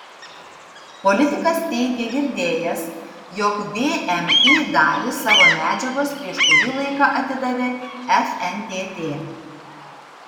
politikas teigė girdėjęs jog vmi dalį savo medžiagos prieš kurį laiką atidavė fntt